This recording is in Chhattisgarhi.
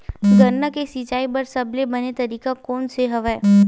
गन्ना के सिंचाई बर सबले बने तरीका कोन से हवय?